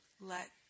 let